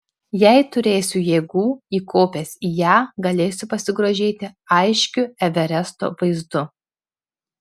jei turėsiu jėgų įkopęs į ją galėsiu pasigrožėti aiškiu everesto vaizdu